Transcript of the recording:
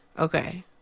Okay